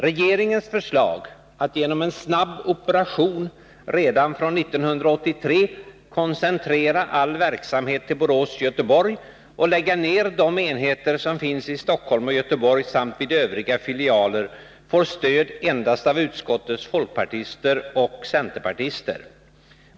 Regeringens förslag, att genom en snabb operation redan från 1983 koncentrera all verksamhet till Borås-Göteborg och lägga ner de enheter som finns i Stockholm och Göteborg samt vid övriga filialer, får stöd endast av utskottets folkpartister och centerpartister.